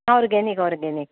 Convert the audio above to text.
organic organic